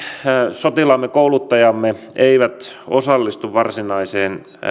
sotilaamme kouluttajamme eivät osallistu varsinaiseen